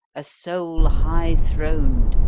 a soul high-throned,